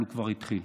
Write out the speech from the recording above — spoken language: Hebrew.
אבל הוא כבר התחיל.